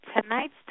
tonight's